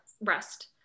rest